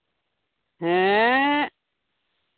ᱦᱮᱸ